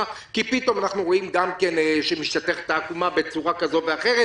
כי פתאום אנחנו רואים שהעקומה משתטחת בצורה כזאת או אחרת.